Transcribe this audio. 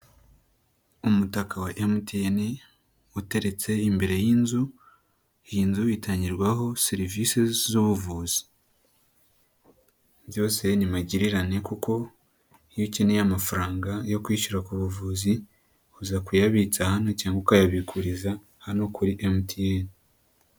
Umutaka wa MTN uteretse imbere y'inzu, iyi nzu itangirwaho serivisi z'ubuvuzi, byose ni magirirane kuko iyo ukeneye amafaranga yo kwishyura ubuvuzi uza kuyabitsa hano cyangwa ukayabiguriza hano kuri MTN.